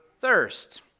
thirst